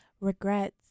Regrets